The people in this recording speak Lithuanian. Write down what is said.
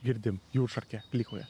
girdim jūršarkė klykauja